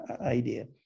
idea